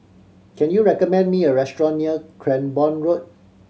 can you recommend me a restaurant near Cranborne Road